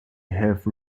have